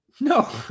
No